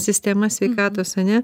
sistema sveikatos ane